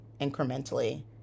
incrementally